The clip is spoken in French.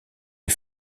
les